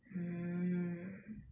mm